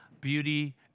beauty